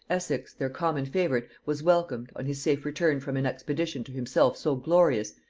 essex, their common favorite, was welcomed, on his safe return from an expedition to himself so glorious,